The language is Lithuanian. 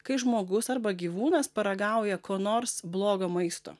kai žmogus arba gyvūnas paragauja ko nors blogo maisto